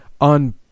on